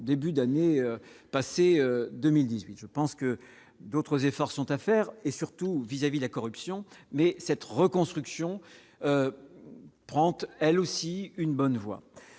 début d'année passée 2018, je pense que d'autres efforts sont à faire et surtout vis à vis de la corruption, mais cette reconstruction 30, elle aussi, une bonne voie,